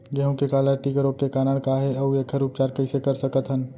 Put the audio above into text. गेहूँ के काला टिक रोग के कारण का हे अऊ एखर उपचार कइसे कर सकत हन?